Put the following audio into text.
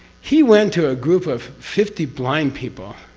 he went to a group of fifty blind people